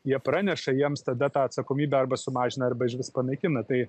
jie praneša jiems tada tą atsakomybę arba sumažina arba išvis panaikina tai